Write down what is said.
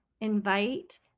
invite